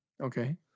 Okay